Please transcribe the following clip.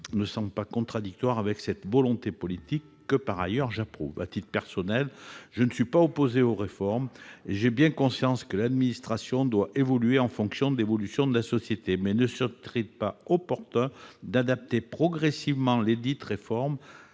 ne serait-elle pas contradictoire avec cette volonté politique, que, par ailleurs, j'approuve ? À titre personnel, je ne suis pas opposé aux réformes et j'ai bien conscience que l'administration doit évoluer en fonction de l'évolution de la société. Mais ne serait-il pas opportun d'adapter progressivement lesdites réformes,